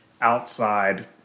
outside